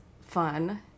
fun